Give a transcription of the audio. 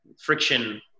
friction